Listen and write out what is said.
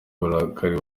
uburakari